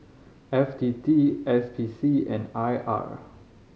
F T T S P C and I R